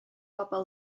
pobl